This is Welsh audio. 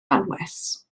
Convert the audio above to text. anwes